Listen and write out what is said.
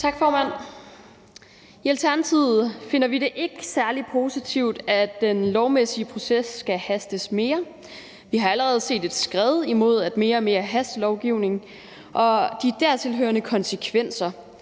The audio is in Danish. I Alternativet finder vi det ikke særlig positivt, at den lovmæssige proces skal hastes mere igennem. Vi har allerede set et skred imod mere og mere hastelovgivning, og vi ser de dertil hørende konsekvenser.